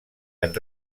han